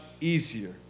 easier